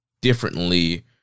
differently